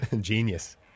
genius